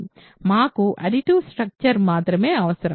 మాకు additive structure మాత్రమే అవసరం